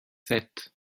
sept